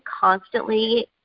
constantly